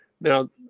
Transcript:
Now